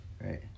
Right